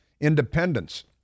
independence